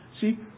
See